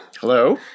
Hello